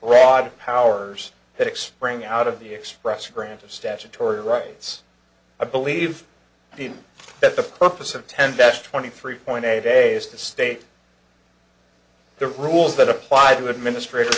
rod powers that expiring out of the express grant of statutory rights i believe the that the purpose of ten best twenty three point eight days to state the rules that apply to administrat